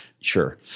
sure